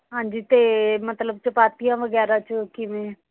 ਹਾਂਜੀ ਅਤੇ ਮਤਲਬ ਚਪਾਤੀਆਂ ਵਗੈਰਾ 'ਚ ਕਿਵੇਂ